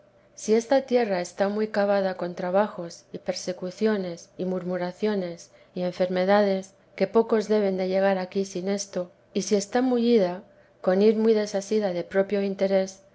si esta tierra está muy cavada con trabajos y persecuciones y murmuraciones y enfermedades que pocos deben de llegar aquí sin esto y si está mullida con ir muy desasida de propio interese